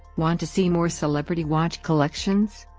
want to see more celebrity watch collections?